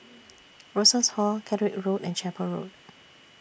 Rosas Hall Catterick Road and Chapel Road